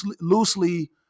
loosely